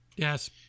yes